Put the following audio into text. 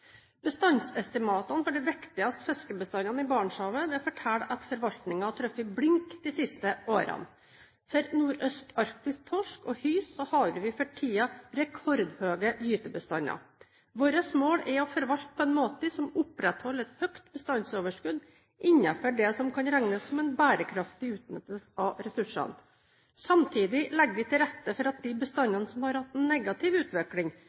Bestandsestimatene for de viktigste fiskebestandene i Barentshavet forteller at forvaltningen har truffet blink de siste årene. For nordøstarktisk torsk og hyse har vi for tiden rekordhøye gytebestander. Vårt mål er å forvalte på en måte som opprettholder et høyt bestandsoverskudd innenfor det som kan regnes som en bærekraftig utnyttelse av ressursene. Samtidig legger vi til rette for at de bestandene som har hatt en negativ utvikling,